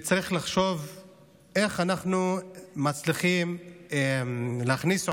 צריך לחשוב איך אנחנו מצליחים להכניס עובדים.